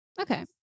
Okay